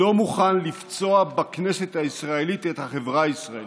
לא מוכן לפצוע בכנסת הישראלית את החברה הישראלית.